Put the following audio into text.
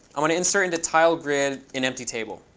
i'm going to insert into tilegrid an empty table.